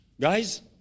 Guys